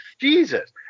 Jesus